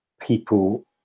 people